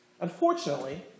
Unfortunately